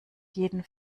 jeden